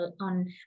on